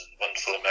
wonderful